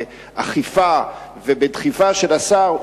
באכיפה ובדחיפה של השר,